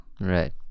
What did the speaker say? Right